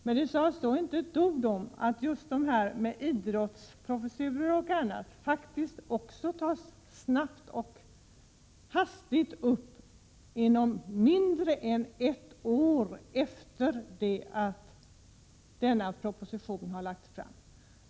Men hon sade inte ett ord om att idrottsprofessurer och annat viktigt tas upp hastigt, inom mindre än ett år efter det att denna proposition har lagts fram.